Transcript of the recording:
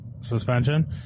suspension